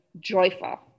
joyful